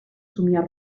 somiar